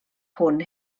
hwn